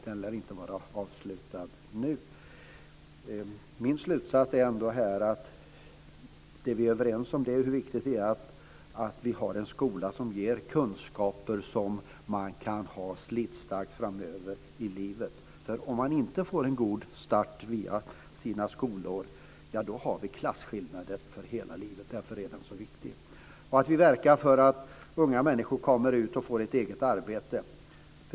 Den lär inte vara avslutad nu. Min slutsats är ändå att det vi är överens om är hur viktigt det är att vi har en skola som ger slitstarka kunskaper som man kan ha framöver i livet. Om man inte får en god start via sin skola, ja, då har vi klassskillnader för hela livet. Därför är den så viktig. Vi måste verka för att unga människor kommer ut och får ett eget arbete.